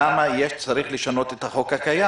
למה צריך לשנות את החוק הקיים.